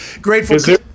grateful